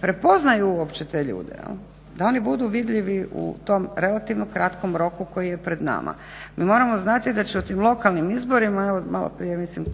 prepoznaju uopće te ljude, da oni budu vidljivi u tom relativnom kratkom roku koji je pred nama. Mi moramo znati da će u tim lokalnim izborima, evo malo prije mislim